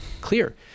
clear